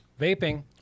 Vaping